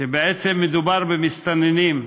שבעצם מדובר במסתננים,